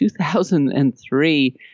2003